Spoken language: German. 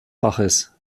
faches